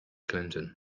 clinton